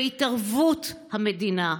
בהתערבות המדינה.